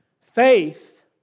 Faith